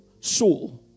soul